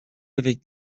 avec